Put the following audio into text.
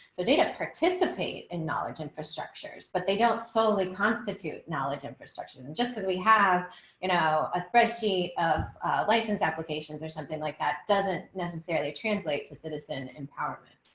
so data participate and knowledge infrastructures, but they don't solely constitute knowledge infrastructure isn't just because we have you know a spreadsheet of license application or something like that doesn't necessarily translate to citizen empowerment